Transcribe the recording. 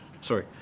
sorry